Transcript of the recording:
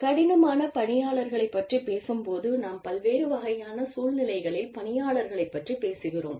கடினமான பணியாளர் களைப் பற்றிப் பேசும்போது நாம் பல்வேறு வகையான சூழ்நிலைகளில் பணியாளர்களைப் பற்றிப் பேசுகிறோம்